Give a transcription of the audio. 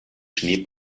schnee